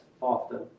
often